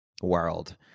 World